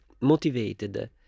motivated